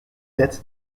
date